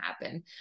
happen